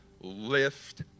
lift